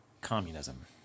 communism